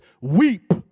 weep